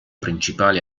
principali